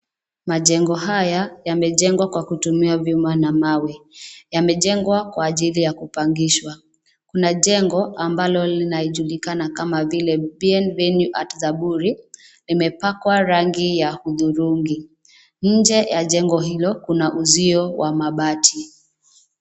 Majengo haya yamejengwa kwa kutumia vyuma na mawe, yamejengwa kwa ajili ya kupangishwa, kuna jengo ambalo linajulikana kama vile Bienvenue at zaburi, imepakwa rangi ya hudhurungi, nje ya jengo hilo, kuna uzio wa mabati.